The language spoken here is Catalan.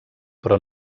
però